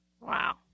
Wow